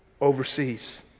overseas